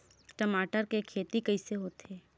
टमाटर के खेती कइसे होथे?